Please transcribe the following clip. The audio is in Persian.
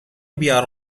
بیار